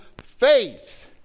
faith